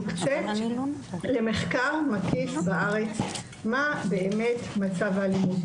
יוקצה למחקר מקיף בארץ מה באמת מצב האלימות.